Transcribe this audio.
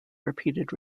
repeated